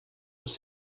dos